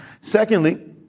Secondly